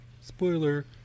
spoiler